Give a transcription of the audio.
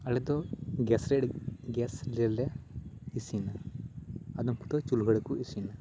ᱟᱞᱮ ᱫᱚ ᱜᱮᱥ ᱨᱮ ᱟᱹᱰᱤ ᱜᱮᱥ ᱨᱮᱞᱮ ᱤᱥᱤᱱᱟ ᱟᱫᱚᱢ ᱠᱚᱫᱚ ᱪᱩᱞᱦᱟᱹ ᱨᱮᱠᱚ ᱤᱥᱤᱱᱟ